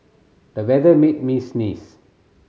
the weather made me sneeze